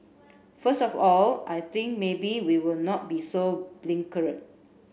first of all I think maybe we will not be so blinkered